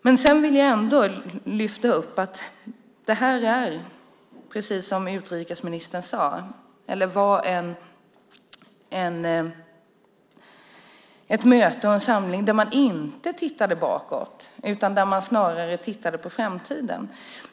Jag vill ändå lyfta fram att det här var ett möte och en samling där man inte tittade bakåt utan snarare på framtiden.